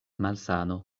malsano